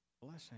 blessing